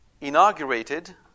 inaugurated